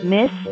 Miss